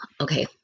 Okay